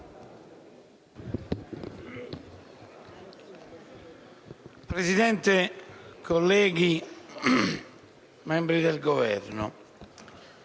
Presidente, colleghi, membri del Governo,